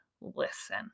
Listen